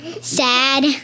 Sad